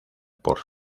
por